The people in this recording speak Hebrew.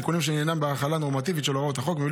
תיקונים שעניינם בהחלה נורמטיבית של הוראות החוק מבלי